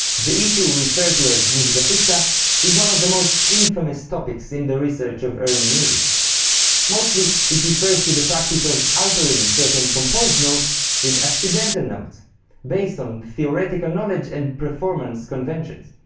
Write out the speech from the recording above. the issue referred to as musica ficta is one of the most infamous topics in the research of early music mostly, it refers to the practice of altering certain composed notes with accidental notes based on theoretical knowledge and performance conventions.